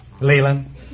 Leland